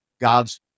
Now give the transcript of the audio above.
God's